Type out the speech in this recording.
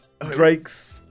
Drake's